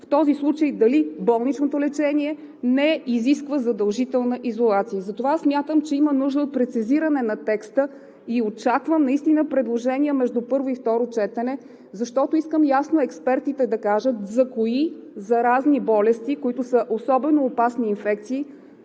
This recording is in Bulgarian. в този случай дали болничното лечение не изисква задължителна изолация. Затова смятам, че има нужда от прецизиране на текста и очаквам наистина предложения между първо и второ четене, защото искам ясно експертите да кажат за кои заразни болести, които са особено опасни инфекции,